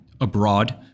abroad